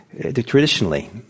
Traditionally